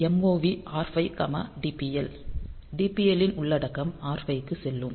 MOV R5 DPL DPL ன் உள்ளடக்கம் R5 க்கு செல்லும்